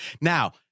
now